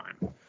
time